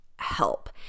Help